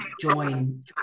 join